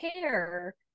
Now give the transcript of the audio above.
care